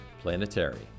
Planetary